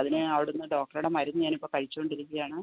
അതിന് അവിടുന്ന് ഡോക്ടറുടെ മരുന്ന് ഞാൻ ഇപ്പോൾ കഴിച്ചുകൊണ്ടിരിക്കുകയാണ്